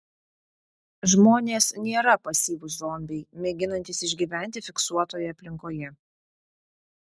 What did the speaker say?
žmonės nėra pasyvūs zombiai mėginantys išgyventi fiksuotoje aplinkoje